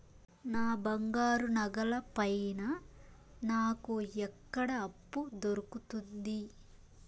నా బంగారు నగల పైన నాకు ఎక్కడ అప్పు దొరుకుతుంది